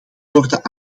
worden